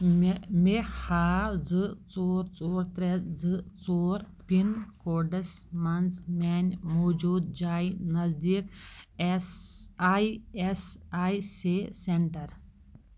مےٚ مےٚ ہاو زٕ ژور ژور ترٛےٚ زٕ ژور پِن کوڈَس منٛز میٛانہِ موجوٗد جایہِ نزدیٖک S I S I C centre